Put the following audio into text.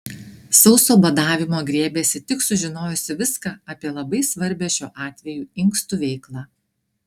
sauso badavimo griebėsi tik sužinojusi viską apie labai svarbią šiuo atveju inkstų veiklą